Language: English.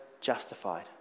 justified